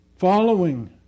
following